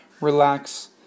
relax